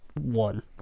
one